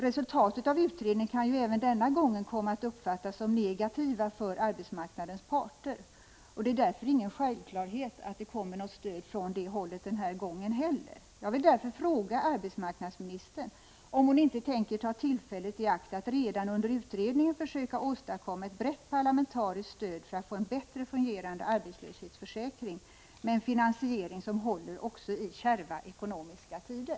Resultatet av utredningen kan ju även denna gång komma att uppfattas som negativt för arbetsmarknadens parter. Det är därför ingen självklarhet att det den här gången kommer något stöd från det hållet. Jag vill således fråga arbetsmarknadsministern om hon inte tänker ta tillfället i akt att redan under utredningen försöka åstadkomma ett brett parlamentariskt stöd för att få en bättre fungerande arbetslöshetsförsäkring med en finansiering som håller även i ekonomiskt kärva tider.